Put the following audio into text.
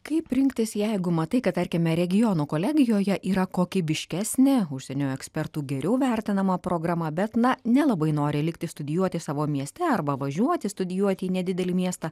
kaip rinktis jeigu matai kad tarkime regionų kolegijoje yra kokybiškesnė užsienio ekspertų geriau vertinama programa bet na nelabai nori likti studijuoti savo mieste arba važiuoti studijuoti į nedidelį miestą